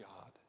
God